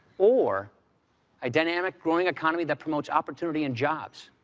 or a dynamic, growing economy that promotes opportunity and jobs.